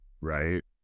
right